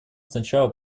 сначала